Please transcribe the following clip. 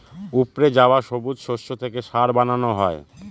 উপড়ে যাওয়া সবুজ শস্য থেকে সার বানানো হয়